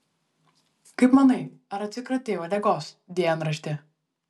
kaip manai ar atsikratei uodegos dienrašti